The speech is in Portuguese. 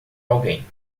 alguém